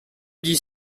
des